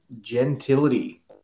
Gentility